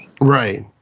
Right